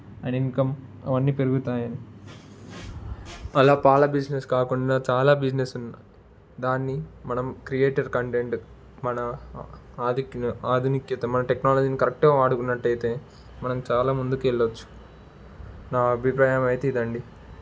ఆయన ఇన్కమ్ అవన్నీ పెరుగుతాయి అలా పాల బిజినెస్ కాకుండా చాలా బిజినెస్ ఉన్నాయి దాన్ని మనం క్రియేటర్ కంటెంట్ మన ఆడిట్ ఆధునికత మన టెక్నాలజీ కరెక్ట్గా వాడుకున్నట్టయితే మనం చాలా ముందుకు వెళ్ళొచ్చు నా అభిప్రాయం అయితే ఇదండీ